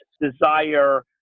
desire